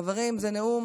חברים, זה נאום